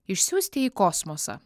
išsiųsti į kosmosą